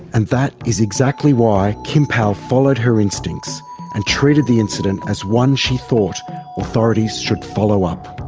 and that is exactly why kim powell followed her instincts and treated the incident as one she thought authorities should follow up.